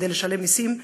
לשלם מיסים,